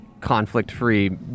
conflict-free